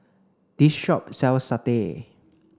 this shop sells satay